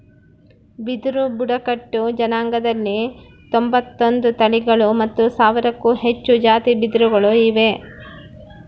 ಬಿದಿರು ಬುಡಕಟ್ಟು ಜನಾಂಗದಲ್ಲಿ ತೊಂಬತ್ತೊಂದು ತಳಿಗಳು ಮತ್ತು ಸಾವಿರಕ್ಕೂ ಹೆಚ್ಚು ಜಾತಿ ಬಿದಿರುಗಳು ಇವೆ